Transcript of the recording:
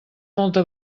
molta